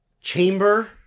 chamber